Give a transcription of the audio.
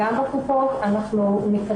פגיעה מינית, אנחנו יודעים